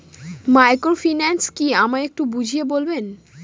Microfinance কি আমায় একটু বুঝিয়ে বলবেন?